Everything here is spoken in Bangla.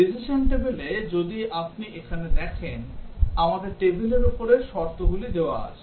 Decision table এ যদি আপনি এখানে দেখেন আমাদের টেবিলের উপরে শর্তগুলি দেওয়া আছে